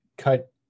cut